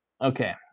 Okay